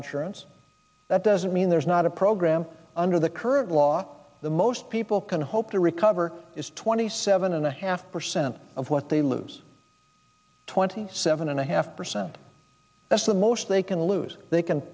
insurance that doesn't mean there's not a program under the current law the most people can hope to recover is twenty seven and a half percent of what they lose twenty seven and a half percent that's the most they can lose they can